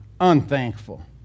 unthankful